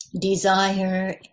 Desire